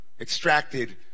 extracted